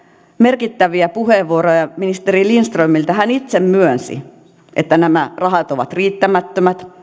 merkittäviä puheenvuoroja ministeri lindströmiltä hän itse myönsi että nämä rahat ovat riittämättömät